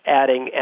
adding